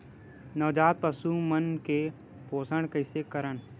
नवजात पशु मन के पोषण कइसे करन?